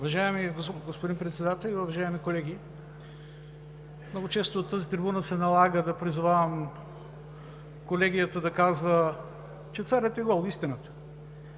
Уважаеми господин Председателю, уважаеми колеги! Много често от тази трибуна се налага да призовавам колегията да казва, че „Царят е гол“ – истината.